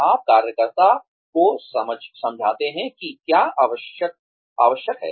आप कार्यकर्ता को समझाते हैं कि क्या आवश्यक है